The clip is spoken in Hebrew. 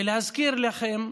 להזכירכם,